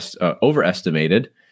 overestimated